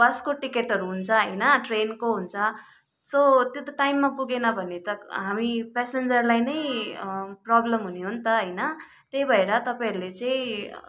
बसको टिकटहरू हुन्छ होइन ट्रेनको हुन्छ सो त्यो त टाइममा पुगेन भने त हामी पेसेन्जरलाई नै प्रब्लम हुने हो नि त होइन त्यही भएर तपाईँहरूले चाहिँ